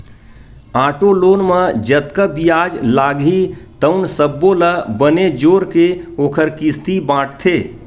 auto loan म जतका बियाज लागही तउन सब्बो ल बने जोरके ओखर किस्ती बाटथे